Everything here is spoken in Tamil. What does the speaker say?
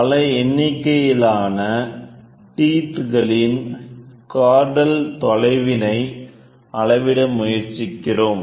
பல எண்ணிக்கையிலான டீத் களின் க்ரோடல் தொலைவினை அளவிட முயற்சிக்கிறோம்